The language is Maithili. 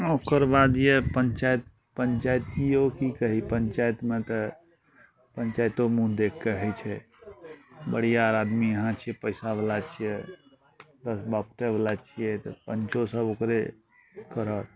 ओकर बाद यऽ पञ्चायत पञ्चाइतियो की कही पञ्चायतमे तऽ पञ्चायतो मुँह देखि कऽ होइत छै बरिआर आदमी अहाँ छियै पैसाबला छियै सब बापुतेबला छियै तऽ पञ्चो सब ओकरे करत